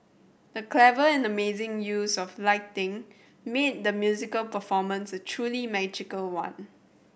the clever and amazing use of lighting made the musical performance a truly magical one